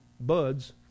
buds